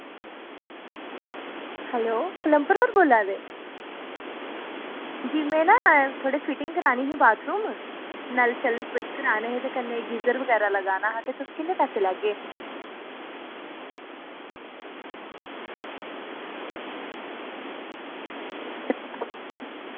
hello plumber होर बोल्ला दे जी में ना थोह्ड़ी फिटिंग करानी ही बाथरूम नल फिट कराने हे ते कन्नै गीज़र बगैरा लगाना हा ते किन्नै पैसे लैगे